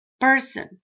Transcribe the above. person